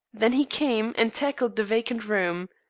then he came and tackled the vacant room.